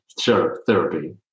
therapy